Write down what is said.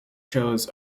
shows